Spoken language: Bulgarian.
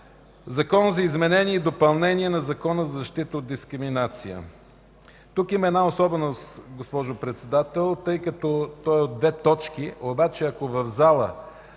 Закон за изменение и допълнение на Закона за защита от дискриминация”. Тук има една особеност, госпожо Председател. Той е от два параграфа, обаче ако в залата